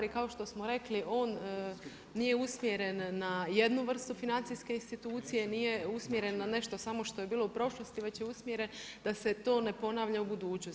I kao što smo rekli on nije usmjeren na jednu vrstu financijske institucije, nije usmjeren na nešto samo što je bilo u prošlosti, već je umjeren da se to ne ponavlja u budućnosti.